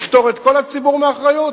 לפטור את כל הציבור מאחריות?